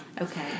okay